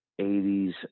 80s